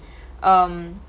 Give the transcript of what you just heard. um